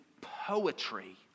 poetry